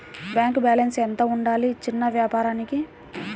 Bank balance ఎంత ఉండాలి చిన్న వ్యాపారానికి?